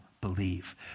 believe